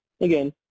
Again